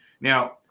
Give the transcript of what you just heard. Now